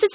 S